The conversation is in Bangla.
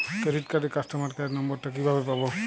ক্রেডিট কার্ডের কাস্টমার কেয়ার নম্বর টা কিভাবে পাবো?